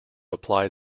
applied